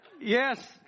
yes